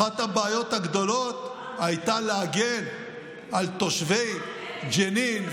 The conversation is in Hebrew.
אחת הבעיות הגדולות הייתה להגן על תושבי ג'נין,